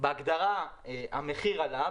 בהגדרה המחיר עלה.